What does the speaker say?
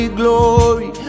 glory